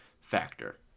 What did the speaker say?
factor